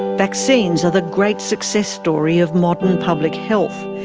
vaccines are the great success story of modern public health.